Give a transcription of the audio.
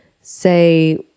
say